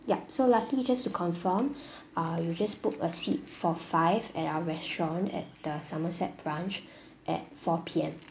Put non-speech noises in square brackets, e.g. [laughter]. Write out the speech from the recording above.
yup so lastly just to confirm [breath] uh you just booked a seat for five at our restaurant at the somerset branch at four P_M